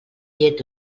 llet